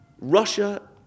Russia